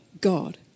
God